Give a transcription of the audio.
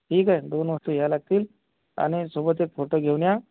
ठीक आहे दोन वाजता याय लागतील आणि सोबत एक फोटो घेऊन या